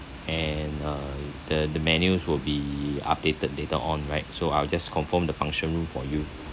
and uh the the menus will be updated later on right so I will just confirm the function room for you